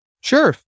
Sure